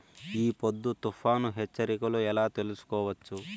ఈ పొద్దు తుఫాను హెచ్చరికలు ఎలా తెలుసుకోవచ్చు?